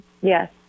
Yes